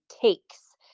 takes